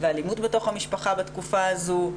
ואלימות בתוך המשפחה בתקופה הזו.